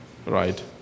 Right